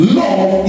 love